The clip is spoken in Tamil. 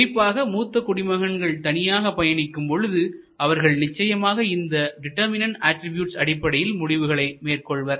குறிப்பாக மூத்த குடிமகன்கள் தனியாக பயணிக்கும் பொழுது அவர்கள் நிச்சயமாக இந்த டிட்டர்மினென்ட் அட்ரிபியூட்ஸ் அடிப்படையில் முடிவுகளை மேற்கொள்வார்